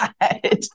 God